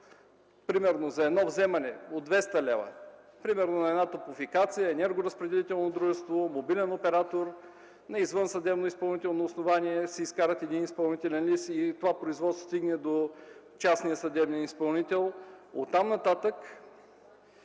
примерно за едно вземане от 200 лв. на „Топлофикация”, енергоразпределително дружество или мобилен оператор на извън съдебно изпълнително основание се изкара изпълнителен лист и това производство стигне до частния съдебен изпълнител, оттам нататък